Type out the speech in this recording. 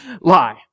lie